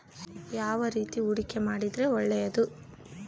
ಯಾವ ರೇತಿ ಹೂಡಿಕೆ ಮಾಡಿದ್ರೆ ಒಳ್ಳೆಯದು?